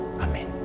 Amen